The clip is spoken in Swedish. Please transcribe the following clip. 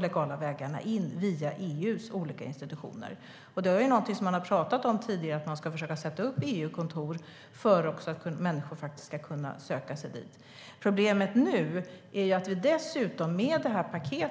legala vägar in via EU:s olika institutioner. Man har tidigare talat om att inrätta EU-kontor så att människor kan söka sig dit. Visst ska människosmugglare bekämpas.